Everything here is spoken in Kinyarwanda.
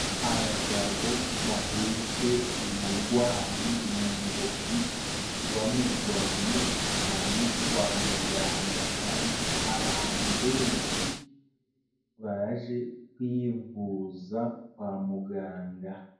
Abagabo bahetse umurwayi mu ngobyi, bamuvanye ahantu kwa muganga. Hari abantu benshi baje kwivuza kwa muganga.